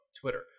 Twitter